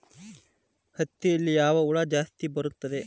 ಹತ್ತಿಯಲ್ಲಿ ಯಾವ ಹುಳ ಜಾಸ್ತಿ ಬರುತ್ತದೆ?